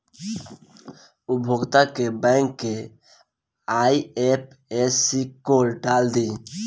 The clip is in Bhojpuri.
उपभोगता के बैंक के आइ.एफ.एस.सी कोड डाल दी